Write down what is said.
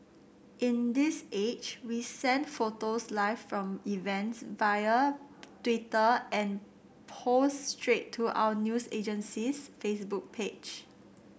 in this age we send photos live from events via Twitter and post straight to our news agency's Facebook page